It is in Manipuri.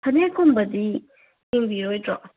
ꯐꯅꯦꯛ ꯀꯨꯝꯕꯗꯤ ꯌꯦꯡꯕꯤꯔꯣꯏꯗ꯭ꯔꯣ